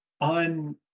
On